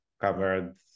covered